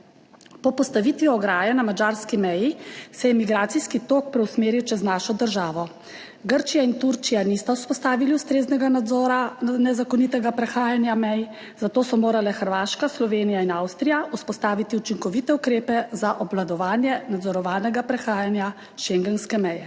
Po postavitvi ograje na madžarski meji se je migracijski tok preusmeril čez našo državo. Grčija in Turčija nista vzpostavili ustreznega nadzora nezakonitega prehajanja mej, zato so morale Hrvaška, Slovenija in Avstrija vzpostaviti učinkovite ukrepe za obvladovanje nadzorovanega prehajanja schengenske meje.